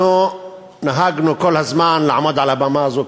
אנחנו נהגנו כל הזמן לעמוד על הבמה הזאת,